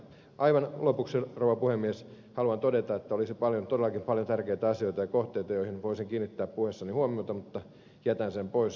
aivan lopuksi rouva puhemies haluan todeta että olisi todellakin paljon tärkeitä asioita ja kohteita joihin voisin kiinnittää puheessani huomiota mutta jätän sen pois